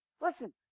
Listen